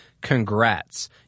Congrats